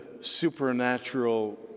supernatural